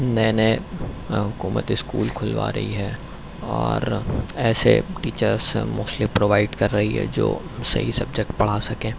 نئے نئے حکومت اسکول کھلوا رہی ہے اور ایسے ٹیچرس موسٹلی پرووائیڈ کر رہی ہے جو صحیح سبجیکٹ پڑھا سکیں